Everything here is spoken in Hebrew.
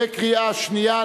קריאה שנייה,